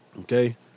Okay